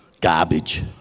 Garbage